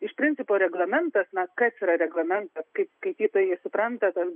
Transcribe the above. iš principo reglamentas na kas yra reglamentas kaip skaitytojai supranta tą